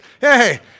hey